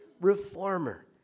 reformer